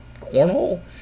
Cornhole